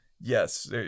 Yes